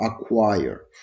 acquire